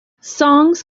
songs